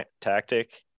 tactic